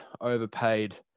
overpaid